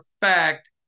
fact